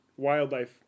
wildlife